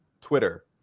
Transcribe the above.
Twitter